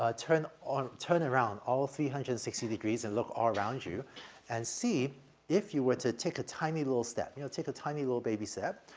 ah turn on turn around all three hundred and sixty degrees and look all around you and see if you were to take a tiny little step, you know, take a tiny little baby step,